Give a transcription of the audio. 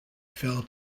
fell